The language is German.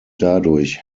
dadurch